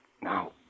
Now